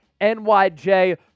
nyj